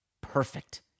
perfect